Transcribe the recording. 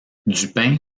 dupin